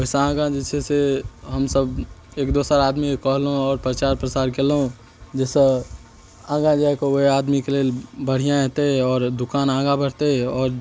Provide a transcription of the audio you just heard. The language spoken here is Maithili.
ओइसँ आगाँ जे छै से हमसब एक दोसर आदमी के कहलौं और प्रचार प्रसार केलौं जेइ सँ आगाँ जाय कऽ ओइ आदमी कऽ लेल बढ़ियाँ हेतै और दूकान आगाँ बढ़तै और